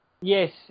Yes